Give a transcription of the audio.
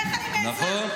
האשכנזים והספרדים,